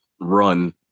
run